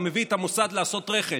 אתה מביא את המוסד לעשות רכש,